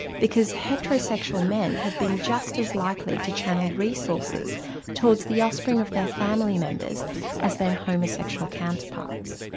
because heterosexual men have been just as likely to channel resources towards the offspring of their family members as their homosexual counterparts.